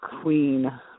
queen